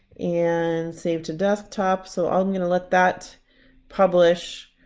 and save to desktop so i'm gonna let that publish.